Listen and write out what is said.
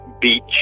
Beach